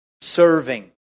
serving